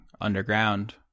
underground